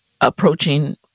approaching